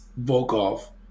Volkov